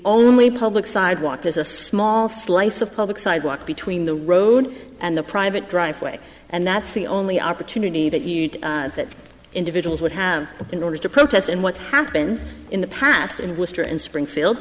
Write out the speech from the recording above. only public sidewalk there's a small slice of public sidewalk between the road and the private driveway and that's the only opportunity that you that individuals would have in order to protest and what's happened in the past in worcester and springfield